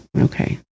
okay